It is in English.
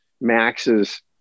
Max's